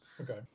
Okay